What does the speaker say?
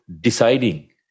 deciding